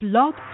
Blog